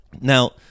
Now